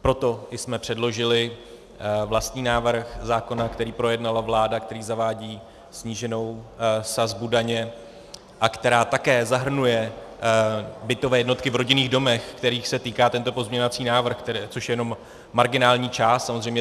Proto jsme předložili vlastní návrh zákona, který projednala vláda a který zavádí sníženou sazbu daně a který také zahrnuje bytové jednotky v rodinných domech, kterých se týká tento pozměňovací návrh, což je jenom marginální část trhu samozřejmě.